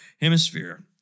Hemisphere